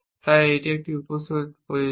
তাই এই উপসেটটি প্রয়োজনীয়